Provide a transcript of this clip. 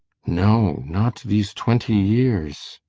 no, not these twenty years.